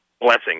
blessing